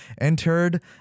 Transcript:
entered